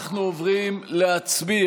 התוצאה של ההצבעה